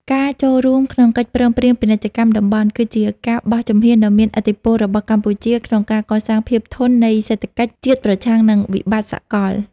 ការចូលរួមក្នុងកិច្ចព្រមព្រៀងពាណិជ្ជកម្មតំបន់ គឺជាការបោះជំហានដ៏មានឥទ្ធិពលរបស់កម្ពុជា ក្នុងការកសាងភាពធន់នៃសេដ្ឋកិច្ចជាតិប្រឆាំងនឹងវិបត្តិសកល។